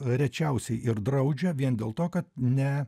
rečiausiai ir draudžia vien dėl to kad ne